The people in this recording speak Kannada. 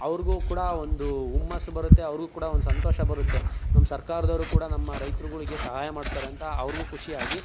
ಅವ್ರಿಗೂ ಕೂಡ ಒಂದು ಹುಮ್ಮಸ್ಸು ಬರುತ್ತೆ ಅವ್ರಿಗೂ ಕೂಡ ಒಂದು ಸಂತೋಷ ಬರುತ್ತೆ ನಮ್ಮ ಸರ್ಕಾರದವ್ರು ಕೂಡ ನಮ್ಮ ರೈತ್ರುಗಳಿಗೆ ಸಹಾಯ ಮಾಡ್ತಾರೆ ಅಂತ ಅವ್ರಿಗೂ ಖುಷಿಯಾಗಿ